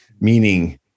meaning